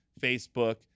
Facebook